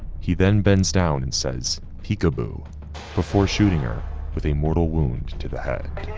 he then bends down and says peekaboo before shooting her with a mortal wound to the head.